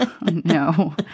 no